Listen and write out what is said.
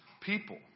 people